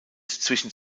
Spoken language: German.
zwischen